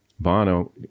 Bono